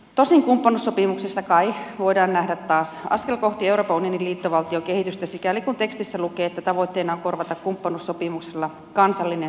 tosin kumppanuussopimuksesta kai voidaan nähdä taas askel kohti euroopan unionin liittovaltiokehitystä sikäli kun tekstissä lukee että tavoitteena on korvata kumppanuussopimuksella kansallinen suunnitelma